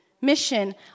mission